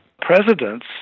presidents